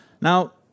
Now